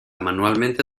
manualmente